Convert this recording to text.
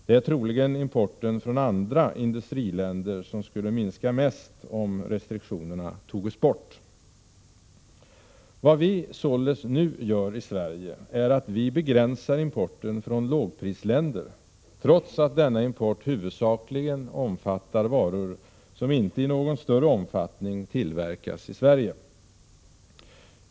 Det är troligen importen från andra industriländer som skulle minska mest, om restriktionerna togs bort. Vad vi i Sverige således nu gör är att vi begränsar importen från lågprisländer, trots att denna import huvudsakligen omfattar varor som inte i någon större omfattning tillverkas i Sverige.